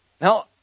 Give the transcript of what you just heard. Now